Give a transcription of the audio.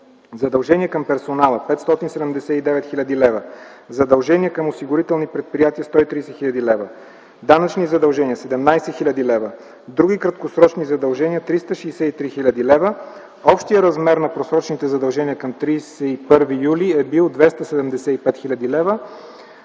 задължения към персонала – 579 хил. лв., задължения към осигурителни предприятия – 130 хил. лв., данъчни задължения – 17 хил. лв., други краткосрочни задължения – 363 хил. лв. Общият размер на просрочените задължения към 31 юли е бил 275 хил. лв.